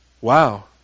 Wow